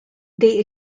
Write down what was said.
they